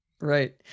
right